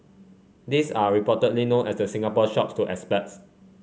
these are reportedly known as the Singapore Shops to expats